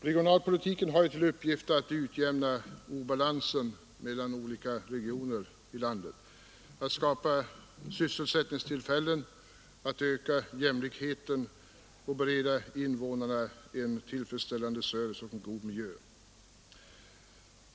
Regionalpolitiken har ju till uppgift att utjämna obalans mellan olika regioner i landet, att skapa sysselsättningstillfällen, att öka jämlikheten och att bereda invånarna en tillfredsställande service och en god miljö.